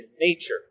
nature